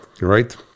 right